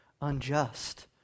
unjust